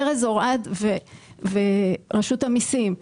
ארז אורעד ורשות המסים,